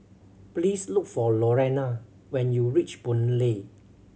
please look for Lorena when you reach Boon Lay